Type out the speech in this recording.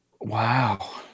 Wow